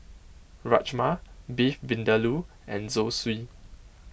Rajma Beef Vindaloo and Zosui